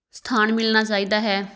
ਸਥਾਨ ਮਿਲਣਾ ਚਾਹੀਦਾ ਹੈ